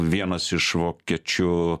vienas iš vokiečių